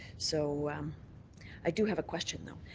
so i do have a question, though.